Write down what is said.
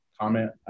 comment